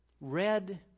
red